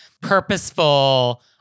purposeful